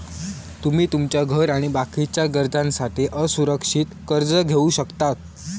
तुमी तुमच्या घर आणि बाकीच्या गरजांसाठी असुरक्षित कर्ज घेवक शकतास